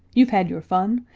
you've had your fun,